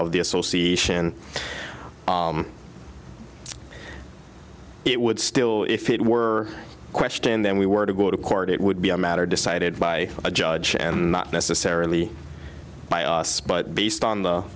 of the association it would still if it were a question then we were to go to court it would be a matter decided by a judge and not necessarily by us but based on the